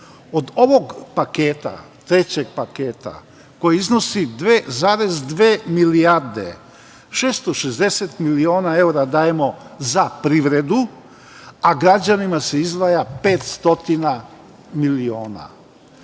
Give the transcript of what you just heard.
ovog trećeg paketa, koji iznosi 2,2 milijarde, 660 miliona evra dajemo za privredu, a građanima se izdvaja 500 miliona.